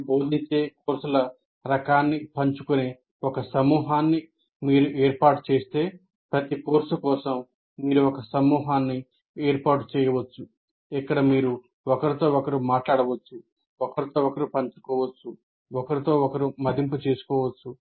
మీరు బోధించే కోర్సుల రకాన్ని పంచుకునే ఒక సమూహాన్ని మీరు ఏర్పాటు చేస్తే ప్రతి కోర్సు కోసం మీరు ఒక సమూహాన్ని ఏర్పాటు చేసుకోవచ్చు ఇక్కడ మీరు ఒకరితో ఒకరు మాట్లాడవచ్చు ఒకరితో ఒకరు పంచుకోవచ్చు ఒకరినొకరు మదింపు చేసుకోవచ్చు